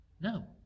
no